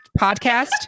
podcast